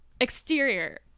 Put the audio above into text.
Exterior